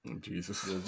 Jesus